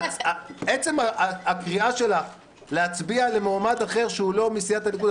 עצם הקריאה שלך להצביע למועמד אחר שהוא לא מסיעת הליכוד,